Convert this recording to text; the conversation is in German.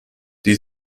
die